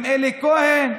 גם אלי כהן,